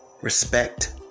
Respect